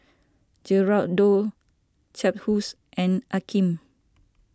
Geraldo Cephus and Akeem